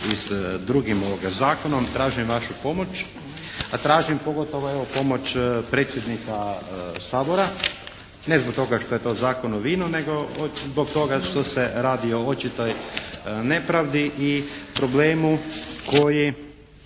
i s drugim zakonom. Tražim vašu pomoć, a tražim pogotovo evo pomoć predsjednika Sabora, ne zbog toga što je to Zakon o vinu, nego zbog toga što se radi o očitoj nepravdi i problemu koji